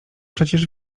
przecież